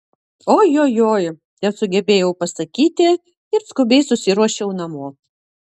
ojojoi tesugebėjau pasakyti ir skubiai susiruošiau namo